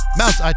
mouse